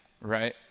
Right